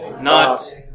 not-